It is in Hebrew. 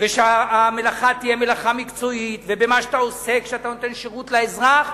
והמלאכה תהיה מלאכה מקצועית, והשירות שלך לאזרח,